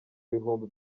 bihumbi